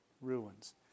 ruins